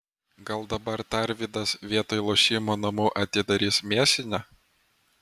gal dabar tarvydas vietoj lošimo namų atidarys mėsinę